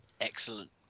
Excellent